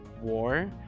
war